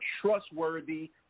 trustworthy